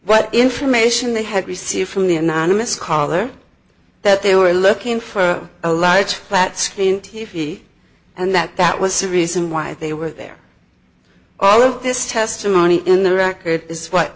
what information they had received from the anonymous caller that they were looking for a large flat screen t v and that that was the reason why they were there all of this testimony in the record i